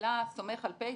ממילא סומך על Pay-Pal,